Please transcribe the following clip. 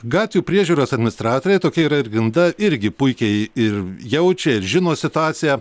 gatvių priežiūros administratoriai tokia yra ir grinda irgi puikiai ir jaučia ir žino situaciją